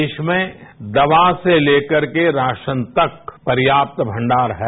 देश में दवा से ले करके राशन तक पर्याप्त भंडार है